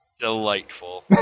Delightful